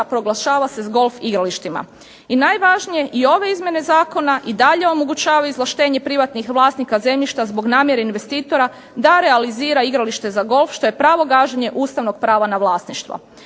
proglašava se golf igralištima. I najvažnije i ove Izmjene Zakona i dalje omogućavaju izvlaštenje privatnih vlasnika zemljišta zbog namjere investitora da realizira igralište za golf što je pravo gaženje ustavnog prava na vlasništvo.